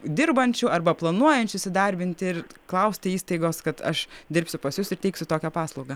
dirbančių arba planuojančių įsidarbinti ir klausti įstaigos kad aš dirbsiu pas jus ir teiksiu tokią paslaugą